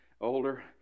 older